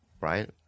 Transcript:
right